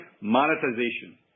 monetization